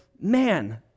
man